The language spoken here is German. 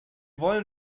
wollen